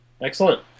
Excellent